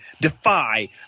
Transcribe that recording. Defy